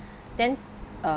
then uh